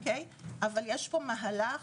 אבל יש פה מהלך,